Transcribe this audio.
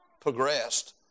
progressed